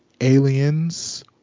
Aliens